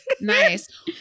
Nice